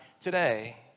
today